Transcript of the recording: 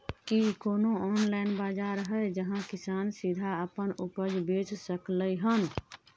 की कोनो ऑनलाइन बाजार हय जहां किसान सीधा अपन उपज बेच सकलय हन?